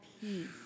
peace